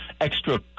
extra